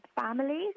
families